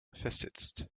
versetzt